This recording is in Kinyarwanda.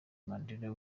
mandela